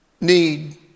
need